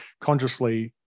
consciously